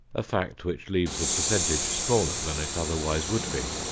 a fact which leaves the percentage smaller than it otherwise would be.